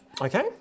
Okay